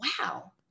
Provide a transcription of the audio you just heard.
Wow